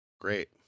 Great